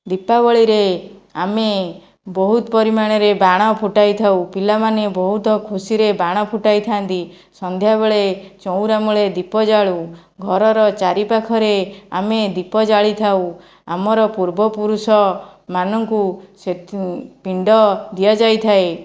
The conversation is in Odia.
ଦୀପାବଳିରେ ଆମେ ବହୁତ ପରିମାଣରେ ବାଣ ଫୁଟାଇଥାଉ ପିଲାମାନେ ବହୁତ ଖୁସିରେ ବାଣ ଫୁଟାଇଥାନ୍ତି ସନ୍ଧ୍ୟାବେଳେ ଚଉଁରାମୂଳେ ଦୀପ ଜାଳୁ ଘରର ଚାରି ପାଖରେ ଆମେ ଦୀପ ଜାଳିଥାଉ ଆମର ପୂର୍ବପୁରୁଷମାନଙ୍କୁ ସେ ପିଣ୍ଡ ଦିଆଯାଇଥାଏ